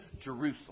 Jerusalem